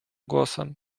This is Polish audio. głosem